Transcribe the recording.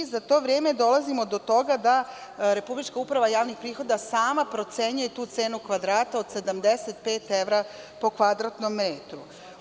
Za to vreme dolazimo do toga da Republička uprava javnih prihoda sama procenjuje tu cenu kvadrata od 75 evra po kvadratnom metru.